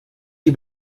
die